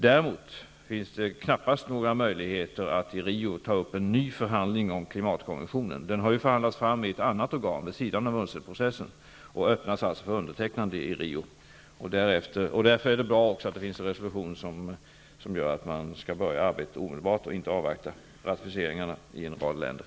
Däremot finns det knappast någon möjlighet att i Rio ta upp en ny förhandling om en klimatkonvention. Den har förhandlats fram av ett annat organ vid sidan av UNCED-processen och öppnas alltså för undertecknande i Rio. Därför är det bra att det finns en resolution som innebär att man kan börja arbeta omedelbart utan att behöva avvakta ratificering från en rad länder.